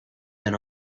than